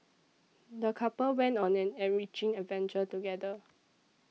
the couple went on an enriching adventure together